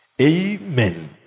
Amen